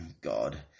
God